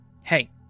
Hey